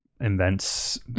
invents